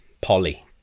Polly